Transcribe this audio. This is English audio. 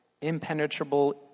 impenetrable